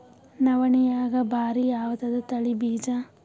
ನವಣಿಯಾಗ ಭಾರಿ ಯಾವದ ತಳಿ ಬೀಜ?